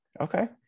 okay